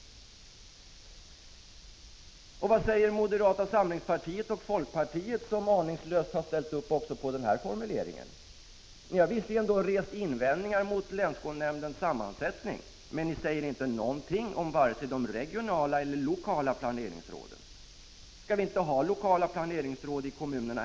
Vad säger man från moderata samlingspartiets och folkpartiets sida?. Även ni har ju aningslöst ställt upp på formuleringen i fråga. Visserligen har ni rest invändningar när det gäller länsskolnämndens sammansättning, men ni säger ingenting om vare sig de regionala eller de lokala planeringsråden. Skall vi fortsättningsvis inte ha lokala planeringsråd heller i kommunerna?